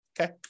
Okay